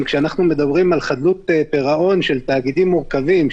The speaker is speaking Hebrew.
כשאנחנו מדברים על חדלות פירעון של תאגידים מורכבים,